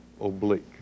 oblique